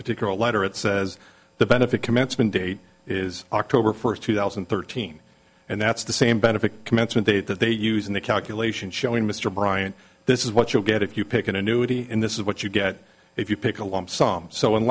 particular letter it says the benefit commencement date is october first two thousand and thirteen and that's the same benefit commencement date that they used in the calculation showing mr bryant this is what you'll get if you pick an annuity in this is what you get if you pick a lump sum s